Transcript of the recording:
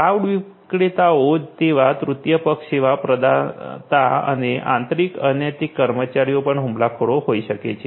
cloud વિક્રેતાઓ જેવા તૃતીય પક્ષ સેવા પ્રદાતા અને આંતરિક અનૈતિક કર્મચારીઓ પણ હુમલાખોરો હોઈ શકે છે